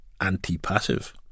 anti-passive